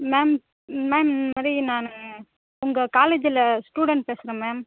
ma'am ma'am இந்தமாதிரி நான் உங்கள் காலேஜ்ஜில் ஸ்டூடெண்ட் பேசுகிறேன் மேம்